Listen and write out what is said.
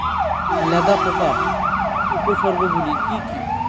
লেদা পোকার উপসর্গগুলি কি কি?